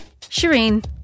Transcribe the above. Shireen